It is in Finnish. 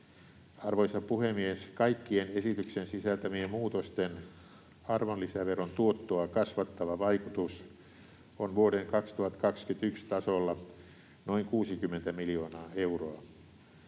Arvoisa puhemies! Kaikkien esityksen sisältämien muutosten arvonlisäveron tuottoa kasvattava vaikutus on vuoden 2021 tasolla noin 60 miljoonaa euroa.